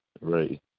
Right